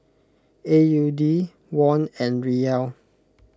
A U D Won and Riyal